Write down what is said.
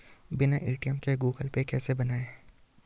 बिना ए.टी.एम के Google pay कैसे बनायें?